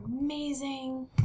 amazing